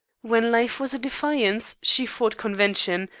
when life was a defiance she fought convention,